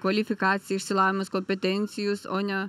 kvalifikacija išsilavinimas kompetencijos o ne